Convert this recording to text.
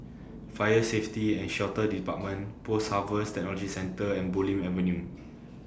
Fire Safety and Shelter department Post Harvest Technology Centre and Bulim Avenue